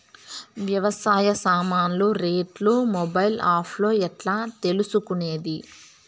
వ్యవసాయ సామాన్లు రేట్లు మొబైల్ ఆప్ లో ఎట్లా తెలుసుకునేది?